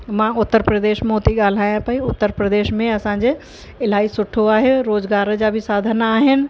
मां उत्तर प्रदेश मों थी ॻाल्हायां पई उत्तर प्रदेश में असांजे इलाही सुठो आहे रोज़गार जा बि साधन आहिनि